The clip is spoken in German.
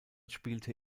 spielte